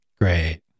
Great